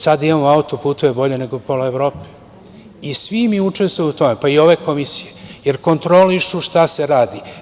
Sada imamo auto-puteve bolje nego pola Evrope i svi mi učestvujemo u tome, pa i ove komisije, jer kontrolišu šta se radi.